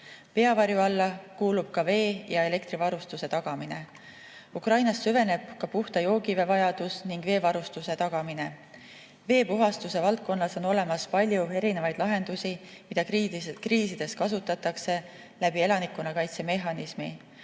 Peavarju alla kuulub ka vee- ja elektrivarustuse tagamine. Ukrainas süveneb puhta joogivee puudus. Veevarustust on [raske] tagada. Veepuhastuse valdkonnas on olemas palju erinevaid lahendusi, mida kriiside ajal kasutatakse elanikkonnakaitse mehhanismi